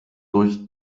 durch